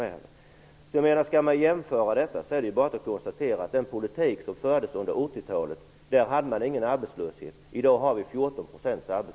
Vid en jämförelse kan man bara konstatera att med den politik som fördes under 80 talet fanns det ingen arbetslöshet. I dag har vi 14 %